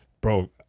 bro